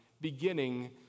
beginning